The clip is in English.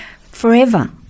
forever